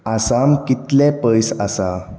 आसाम कितलें पयस आसा